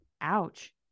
Ouch